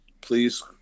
Please